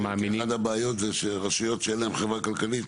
אחת הבעיות זה שרשויות שאין להן חברה כלכלית